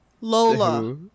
lola